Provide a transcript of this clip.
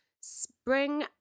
Spring